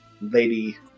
Lady